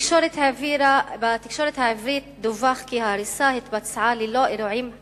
בתקשורת העברית דווח כי ההריסה התבצעה ללא אירועים חריגים,